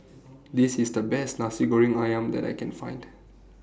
This IS The Best Nasi Goreng Ayam that I Can Find